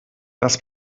das